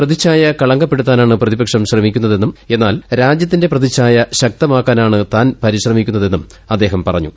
പ്രതിഛായ കളങ്കപ്പെടുത്താനാണ് പ്രതിപക്ഷം തന്റെ ശ്രമിക്കുന്നതെന്നും എന്നാൽ രാജ്യത്തിന്റെ പ്രതിഛായ ശക്തമാക്കാനാണ് താൻ പരിശ്രമിക്കുന്നതെന്നും അദ്ദേഹം പറഞ്ഞു